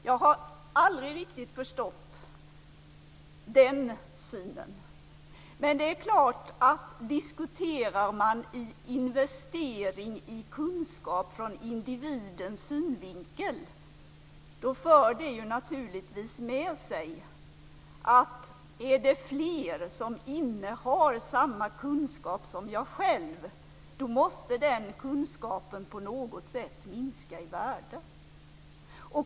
Jag har aldrig riktigt förstått den uppfattningen. Det är klart att om man diskuterar i investering i kunskap från individens synvinkel, för det naturligtvis med sig att om fler innehar samma kunskap som jag själv måste den kunskapen på något sätt minska i värde.